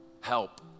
help